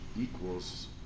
equals